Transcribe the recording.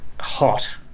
hot